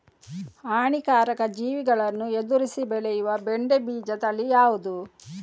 ಹಾನಿಕಾರಕ ಜೀವಿಗಳನ್ನು ಎದುರಿಸಿ ಬೆಳೆಯುವ ಬೆಂಡೆ ಬೀಜ ತಳಿ ಯಾವ್ದು?